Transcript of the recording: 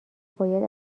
باید